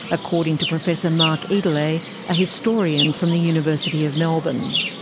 according to professor mark edele, a historian from the university of melbourne.